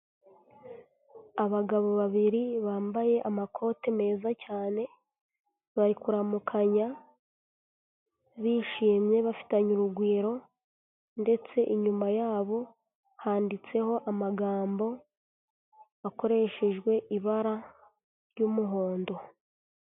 Abagabo babiri bambaye amakoti meza cyane, bari kuramukanya, bishimye bafitanye urugwiro, ndetse inyuma yabo handitseho amagambo, akoreshejwe ibara ry'umuhondo.